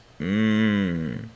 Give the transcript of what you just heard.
mmm